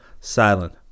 silent